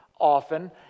often